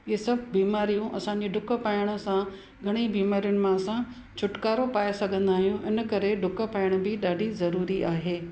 हीअ सभु बीमारियूं असांजो ॾुक पाइण सां घणेई बीमारियुनि मां असां छुटकारो पाए सघंदा आहियूं इन करे ॾुक पाइण बि ॾाढी ज़रूरी आहे